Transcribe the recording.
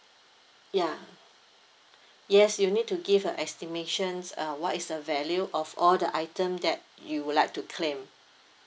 ya yes you need to give a estimation uh what is the value of all the item that you would like to claim